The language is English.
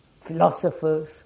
philosophers